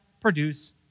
produce